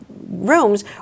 rooms